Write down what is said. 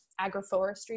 agroforestry